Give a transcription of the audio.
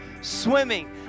swimming